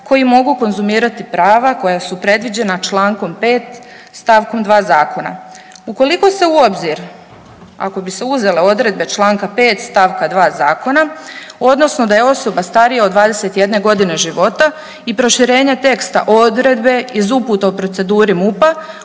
koji mogu konzumirati prava koja su predviđena čl. 5. st. 2. zakona. Ukoliko se u obzir ako bi se uzele odredbe čl. 5. st. 2. zakona odnosno da je osoba starija od 21.g. života i proširenja teksta odredbe iz uputa o proceduri MUP-a